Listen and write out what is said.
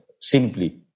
simply